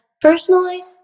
personally